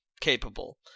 capable